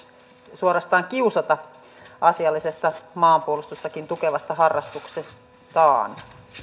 suorastaan kiusata asiallisesta maanpuolustustakin tukevasta harrastuksestaan